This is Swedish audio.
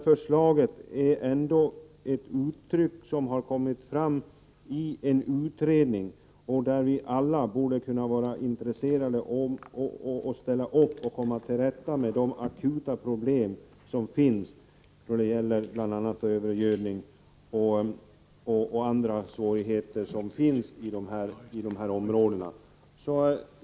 Förslaget har kommit fram i en utredning, och vi borde alla vara intresserade av att ställa upp för att komma till rätta med de akuta problem som finns, bl.a. när det gäller övergödning och andra svårigheter i dessa områden.